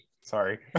Sorry